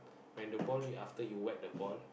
when the ball you after you whack the ball